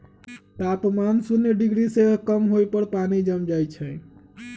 तापमान शुन्य डिग्री से कम होय पर पानी जम जाइ छइ